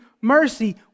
mercy